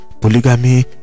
polygamy